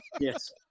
yes